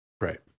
right